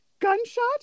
gunshot